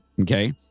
okay